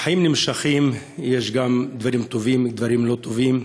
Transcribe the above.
החיים נמשכים, יש גם דברים טובים, דברים לא טובים.